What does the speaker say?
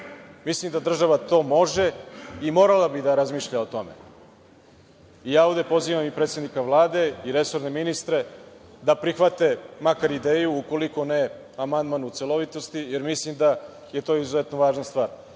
Mislim, da država to može i morala bi da razmišlja o tome. Ovde pozivam i predsednika Vlade i resorne ministre da prihvate makar ideju ukoliko ne amandman u celovitosti, jer mislim da je to izuzetno važna stvar. Drugi